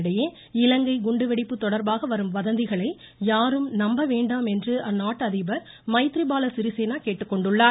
இதனிடையே இலங்கை குண்டு வெடிப்பு தொடர்பாக வரும் வதந்திகளை யாரும் நம்ப வேண்டாம் என்ற அந்நாட்டு அதிபர் மைத்ரி பால சிறிசேனா கேட்டுக்கொண்டுள்ளார்